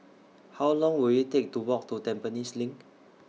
How Long Will IT Take to Walk to Tampines LINK